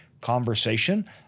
conversation